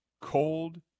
cold